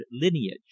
lineage